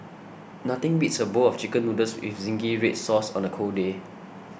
nothing beats a bowl of Chicken Noodles with Zingy Red Sauce on a cold day